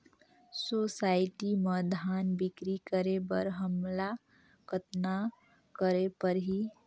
Society म धान बिक्री करे बर हमला कतना करे परही?